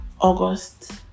August